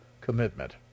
commitment